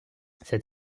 cet